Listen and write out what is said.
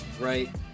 right